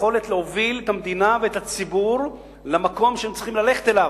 היכולת להוביל את המדינה ואת הציבור למקום שהם צריכים ללכת אליו,